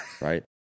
right